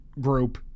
group